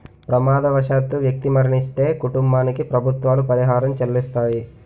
ప్రమాదవశాత్తు వ్యక్తి మరణిస్తే కుటుంబానికి ప్రభుత్వాలు పరిహారం చెల్లిస్తాయి